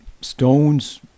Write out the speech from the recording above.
stones